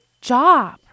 job